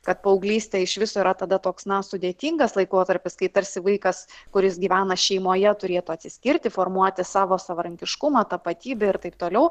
kad paauglystė iš viso yra tada toks na sudėtingas laikotarpis kai tarsi vaikas kuris gyvena šeimoje turėtų atsiskirti formuoti savo savarankiškumą tapatybę ir taip toliau